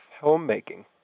homemaking